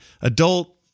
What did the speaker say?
adult